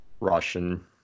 Russian